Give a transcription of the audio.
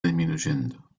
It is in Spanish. disminuyendo